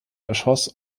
erschoss